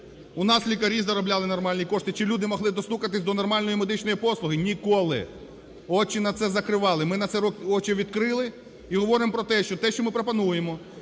У нас лікарі заробляли нормальні кошти чи люди могли достукатися до нормальної медичної послуги? Ніколи. Очі на це закривали. Ми на це очі відкрили і говоримо про те, що ми пропонуємо,